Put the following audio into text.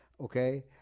Okay